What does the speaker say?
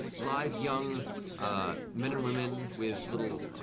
lithe young ah men and women with little